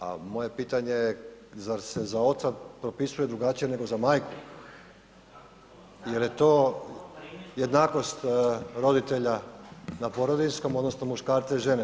A moje pitanje je zar se za oca propisuje drugačije nego za majku jel je to jednakost roditelja na porodiljskom odnosno muškarca i žene?